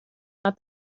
not